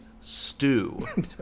Stew